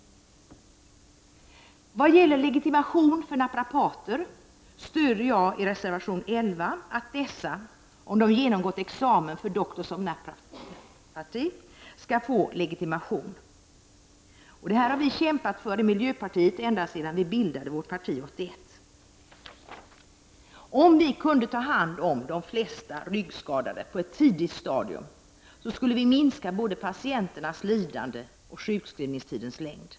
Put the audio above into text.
Vad gäller legitimation för naprapater stöder jag i reservation 11 att dessa, om de genomgått examen för Doctors of Naprapathy, skall få legitimation. Detta har vi kämpat för ända sedan vi bildade miljöpartiet 1981. Om vi kunde ta hand om de flesta ryggskadade på ett tidigt stadium, skulle vi minska både patienternas lidande och sjukskrivningstidens längd.